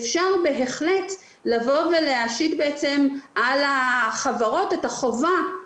אפשר בהחלט לבוא ולהשית בעצם על החברות את החובה.